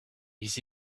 his